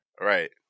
Right